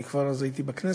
אני אז כבר הייתי בכנסת,